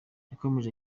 yakomeje